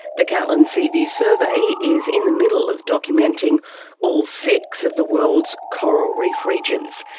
the catlin seaview survey is in the middle of documenting all six of the world's coral reef regions.